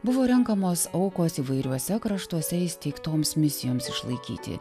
buvo renkamos aukos įvairiuose kraštuose įsteigtoms misijoms išlaikyti